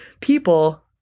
people